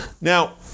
Now